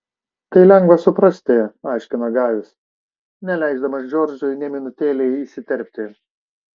tai lengva suprasti aiškino gajus neleisdamas džordžui nė minutėlei įsiterpti